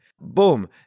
Boom